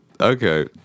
Okay